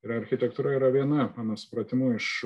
ir architektūra yra viena mano supratimu iš